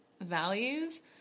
values